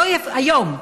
היום,